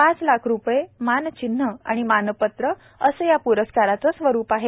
पाच लाख रुपये मानचिन्ह आणि मानपत्र असं या प्रस्काराचं स्वरूप आहे